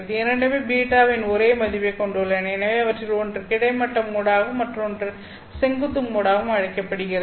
இரண்டுமே β இன் ஒரே மதிப்பைக் கொண்டுள்ளன எனவே அவற்றில் ஒன்று கிடைமட்ட மோடாகவும் மற்றொன்று செங்குத்து மோடாகவும் அழைக்கப்படுகிறது